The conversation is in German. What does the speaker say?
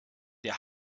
der